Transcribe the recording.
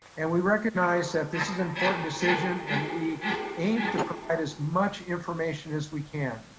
and we recognize that this is an important decision and we aim to provide as much information as we can.